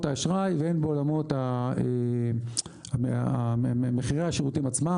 האשראי והן בעולמות מחירי השירותים עצמם,